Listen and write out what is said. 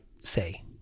say